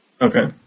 Okay